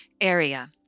area